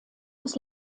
des